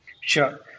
Sure